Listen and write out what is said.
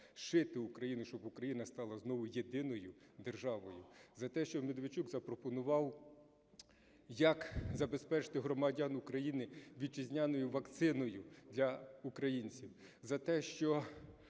зшити Україну, щоб Україна стала знову єдиною державою. За те, що Медведчук запропонував, як забезпечити громадян України вітчизняною вакциною для українців.